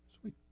Sweet